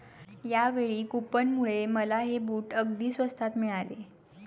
यावेळी कूपनमुळे मला हे बूट अगदी स्वस्तात मिळाले